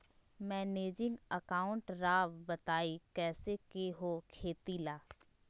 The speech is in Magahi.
मैनेजिंग अकाउंट राव बताएं कैसे के हो खेती ला?